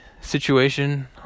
situation